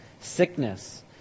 sickness